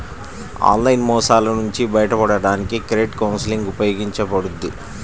online మోసాల నుంచి బయటపడడానికి క్రెడిట్ కౌన్సిలింగ్ ఉపయోగపడుద్ది